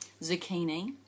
zucchini